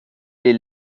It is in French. les